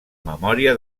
memòria